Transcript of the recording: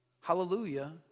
hallelujah